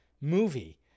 movie